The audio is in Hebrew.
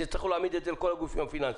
תצטרכו להעמיד את זה לכל הגופים הפיננסיים.